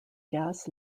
gas